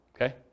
Okay